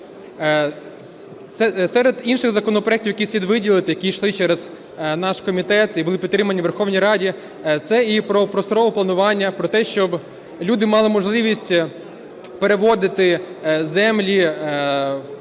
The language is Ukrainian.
Серед інших законопроектів, які слід виділити, які йшли через наш комітет і були підтримані у Верховній Раді, - це і про просторове панування, про те, щоб люди мали можливість переводити землі